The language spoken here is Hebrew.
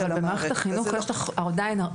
אבל במערכת החינוך יש לך עדיין הרבה מאוד